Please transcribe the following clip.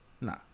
Nah